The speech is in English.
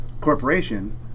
Corporation